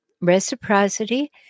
reciprocity